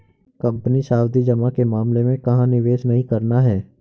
Company सावधि जमा के मामले में कहाँ निवेश नहीं करना है?